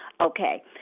Okay